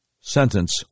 sentence